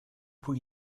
poi